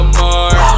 more